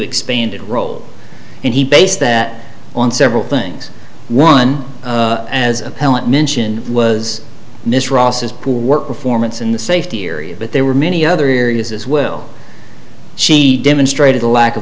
expanded role and he base that on several things one as appellant mention was miss ross is poor work performance in the safety area but there were many other areas as well she demonstrated a lack of